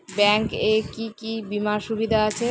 Bank এ কি কী বীমার সুবিধা আছে?